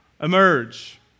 emerge